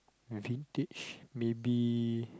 vintage maybe